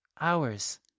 Hours